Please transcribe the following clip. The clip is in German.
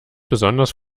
besonders